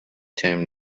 ترم